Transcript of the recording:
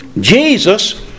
Jesus